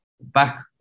back